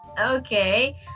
Okay